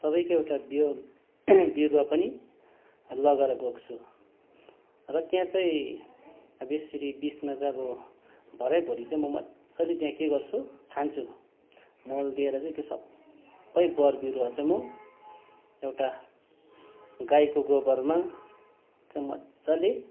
सबैको एउटा बियो बिरुवा पनि लगेर गएको छु र त्यहाँ चाहिँ अब यसरी बिचमा चाहिँ अब भरे भोलि चाहिँ म मजाले त्यहाँ के गर्छु छान्छु मल दिएर चाहिँ त्यो सबै बरबिरुवा चाहिँ म एउटा गाईको गोबरमा चाहिँ मजाले